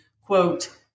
quote